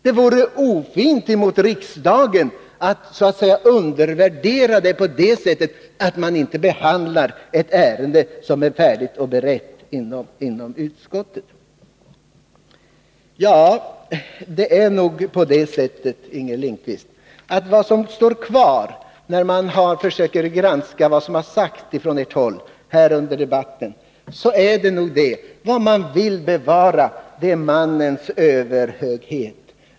Det vore ofint mot riksdagen och en nedvärdering av den att kammaren inte behandlade ett ärende som är färdigberett inom utskottet. Vad som står kvar när man granskar vad som sagts från ert håll här under debatten, Inger Lindquist, är nog att vad ni vill bevara är mannens överhöghet.